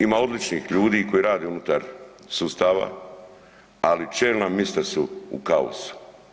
Ima odličnih ljudi koji rade unutar sustava, ali čelna mista su u kaosu.